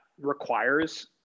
requires